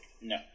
No